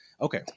Okay